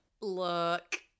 look